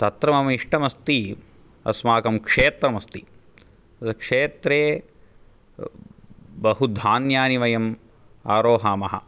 तत्र मम इष्टम् अस्ति अस्माकं क्षेत्रम् अस्ति तद् क्षेत्रे बहु धान्यानि वयं अरोहामः